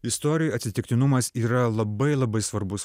istorijoj atsitiktinumas yra labai labai svarbus